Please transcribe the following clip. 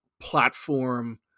platform